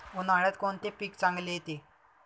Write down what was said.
उन्हाळ्यात कोणते पीक चांगले येते?